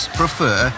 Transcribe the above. prefer